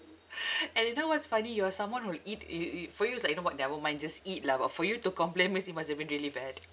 and you know what's funny you are someone who will eat e~ e~ for you is like you know what nevermind just eat lah but for you to complain means it must have been really bad